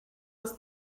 was